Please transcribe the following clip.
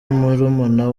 murumuna